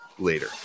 Later